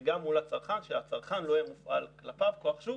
זה גם מול הצרכן שכלפי הצרכן לא יהיה מופעל כוח שוק.